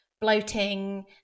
bloating